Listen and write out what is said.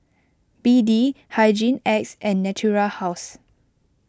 B D Hygin X and Natura House